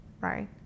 right